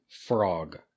frog